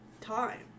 time